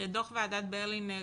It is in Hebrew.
שדו"ח ועדת ברלינר